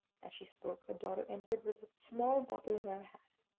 as she spoke, her daughter entered with a small bottle in her hand.